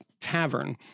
Tavern